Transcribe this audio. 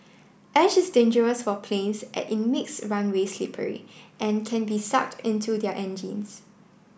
ash is dangerous for planes as it makes runways slippery and can be sucked into their engines